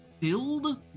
filled